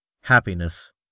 happiness